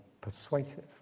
persuasive